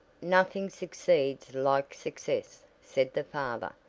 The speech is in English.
nothing succeeds like success, said the father,